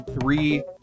three